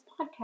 podcast